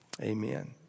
Amen